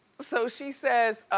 so she says,